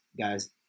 guys